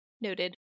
Noted